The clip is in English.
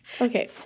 Okay